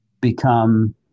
become